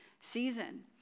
season